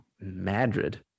Madrid